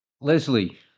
Leslie